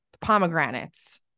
pomegranates